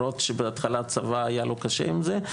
למרות שבהתחלה הצבא היה לו קשה עם זה,